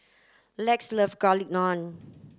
Lex loves garlic naan